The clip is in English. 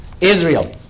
Israel